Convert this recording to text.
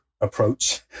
approach